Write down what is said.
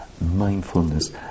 mindfulness